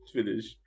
Finish